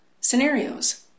scenarios